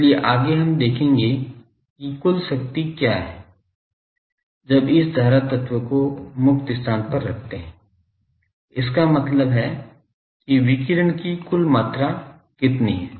इसलिए आगे हम देखेंगे कि कुल शक्ति क्या है जब इस धारा तत्व को मुक्त स्थान पर रखते है इसका मतलब है कि विकिरण की कुल मात्रा कितनी है